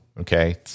okay